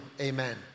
Amen